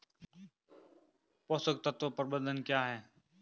पोषक तत्व प्रबंधन क्या है?